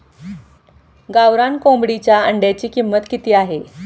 गावरान कोंबडीच्या अंड्याची किंमत किती आहे?